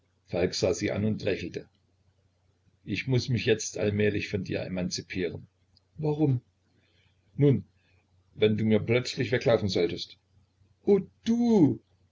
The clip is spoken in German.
sah sie an und lächelte ich muß mich jetzt allmählich von dir emanzipieren warum nun wenn du mir plötzlich weglaufen solltest oh du